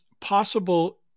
possible—